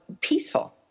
peaceful